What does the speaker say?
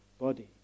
body